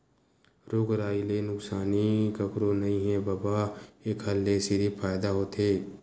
रूख राई ले नुकसानी कखरो नइ हे बबा, एखर ले सिरिफ फायदा होथे